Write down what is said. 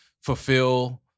fulfill